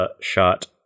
shot